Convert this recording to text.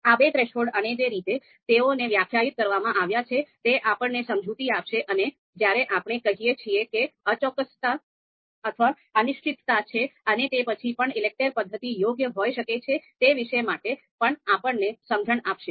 આ બે થ્રેશોલ્ડ અને જે રીતે તેઓને વ્યાખ્યાયિત કરવામાં આવ્યા છે તે આપણને સમજૂતી આપશે અને જ્યારે આપણે કહીએ છીએ કે અચોક્કસતા અથવા અનિશ્ચિતતા છે અને તે પછી પણ ELECTRE પદ્ધતિ યોગ્ય હોઈ શકે છે તે વિશે માટે પણ આપણને સમજણ આપશે